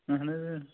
اہَن حَظ اۭں